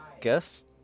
guess